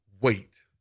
wait